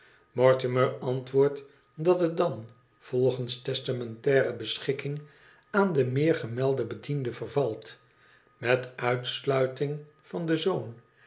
mortimer antwoordt dat het dan volgens testamentaire beschikking aan den meer gemelden bediende vervalt met uitsluiting van den zoon